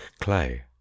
clay